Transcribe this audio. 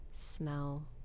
smell